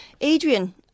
Adrian